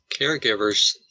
caregivers